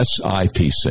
SIPC